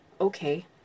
okay